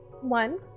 one